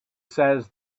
says